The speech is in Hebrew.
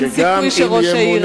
אין סיכוי שראש העיר,